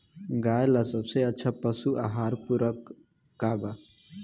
गाय ला सबसे अच्छा पशु आहार पूरक का बा?